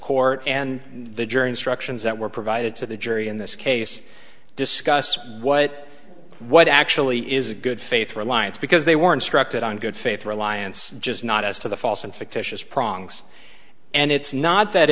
court and the jury instructions that were provided to the jury in this case discuss what what actually is a good faith reliance because they were instructed on good faith reliance just not as to the false and fictitious prongs and it's not that